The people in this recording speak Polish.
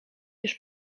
już